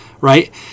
right